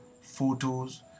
photos